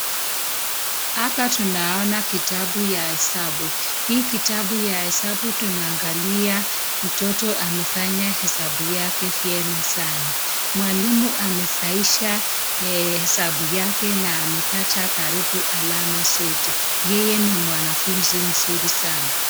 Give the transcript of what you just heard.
Hapa tunaona kitabu ya hesabu hii kitabu ya hesabu tunaangalia mtoto amefanya hesabu yake vyema sana. Mwalimu amesahihisha hesabu yake na amepata karibu alama zote, yeye ni mwanafunzi mzuri sana.